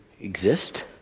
exist